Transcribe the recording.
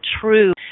true